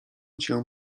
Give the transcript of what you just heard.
cię